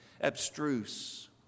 abstruse